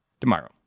tomorrow